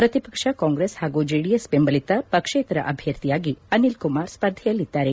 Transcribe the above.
ಪ್ರತಿಪಕ್ಷ ಕಾಂಗ್ರೆಸ್ ಹಾಗೂ ಜೆಡಿಎಸ್ ಬೆಂಬಲಿತ ಪಕ್ಷೇತರ ಅಭ್ಯರ್ಥಿಯಾಗಿ ಅನಿಲ್ ಕುಮಾರ್ ಸ್ಪರ್ಧೆಯಲ್ಲಿದ್ದಾರೆ